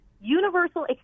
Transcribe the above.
universal